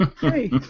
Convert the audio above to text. Hey